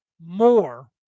more